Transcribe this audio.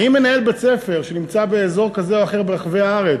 האם מנהל בית ספר שנמצא באזור כזה או אחר ברחבי הארץ,